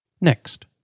Next